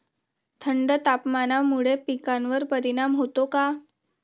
थंड तापमानामुळे पिकांवर परिणाम होतो का?